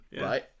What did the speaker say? Right